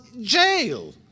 jail